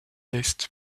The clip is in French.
est